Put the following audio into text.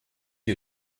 die